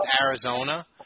Arizona